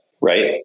right